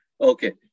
Okay